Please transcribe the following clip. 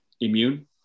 immune